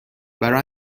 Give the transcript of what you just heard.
برا